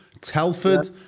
Telford